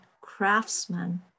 craftsman